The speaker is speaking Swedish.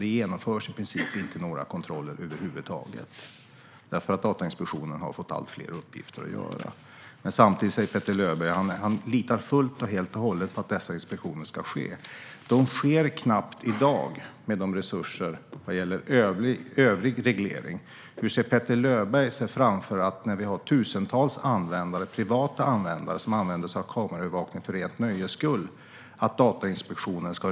Det genomförs i princip inte några kontroller över huvud taget eftersom Datainspektionen har fått allt fler uppgifter. Men Petter Löberg säger att han litar fullständigt på att dessa inspektioner ska ske. Om det på grund av resursbrist knappt sker i dag vad gäller övrig reglering, hur ser Petter Löberg framför sig att Datainspektionen ska kontrollera de tusentals privata användare som använder sig av kameraövervakning för rent nöjes skull?